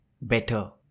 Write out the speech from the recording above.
better